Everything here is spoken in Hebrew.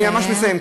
אני ממש מסיים.